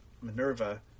Minerva